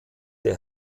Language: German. der